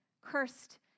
cursed